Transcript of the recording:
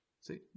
See